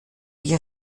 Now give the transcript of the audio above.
die